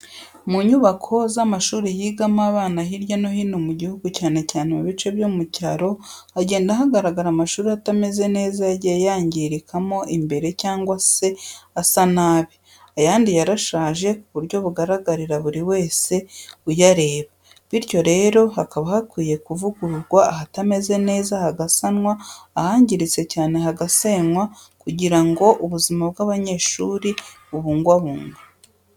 Mu nyubako z'amashuri yigamo abana hirya no hino mu gihugu, cyane cyane mu bice byo mu cyaro, hagenda hagaragara amashuri atameze neza yagiye yangirikamo imbere cyangwa se asa nabi, ayandi yarashaje ku buryo bugaragarira buri wese uyareba. Bityo rero haba hakwiye kuvugururwa, ahatameze neza hagasanwa ahangiritse cyane hagasenwa kugira ngo ubuzima bw'abanyeshuri bubungwabungwe.